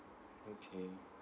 okay